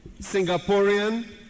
Singaporean